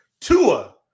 Tua